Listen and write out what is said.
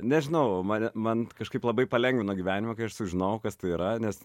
nežinau mane man kažkaip labai palengvino gyvenimą kai aš sužinojau kas tai yra nes